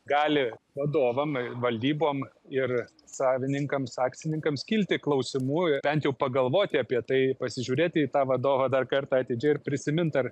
gali vadovam valdybom ir savininkams akcininkams kilti klausimų bent jau pagalvoti apie tai pasižiūrėti į tą vadovą dar kartą atidžiai ir prisimint ar